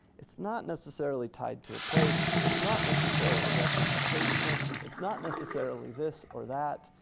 it's not necessarily tied to a place. it's not necessarily representational. it's not necessarily this or that.